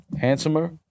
handsomer